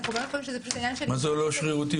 מה זה לא שרירותי?